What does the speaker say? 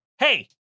Hey